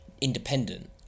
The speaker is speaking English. independent